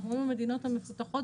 אנחנו אומרים המדינות המפותחות,